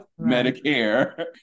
Medicare